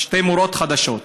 שתי מורות חדשות.